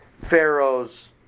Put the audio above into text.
Pharaoh's